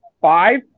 five